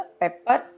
pepper